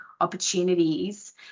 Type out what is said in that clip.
opportunities